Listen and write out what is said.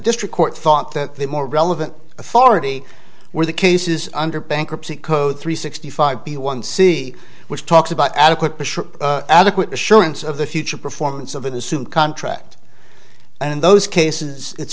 district court thought that the more relevant authority were the cases under bankruptcy code three sixty five b one c which talks about adequate adequate assurance of the future performance of the suit contract and in those cases it's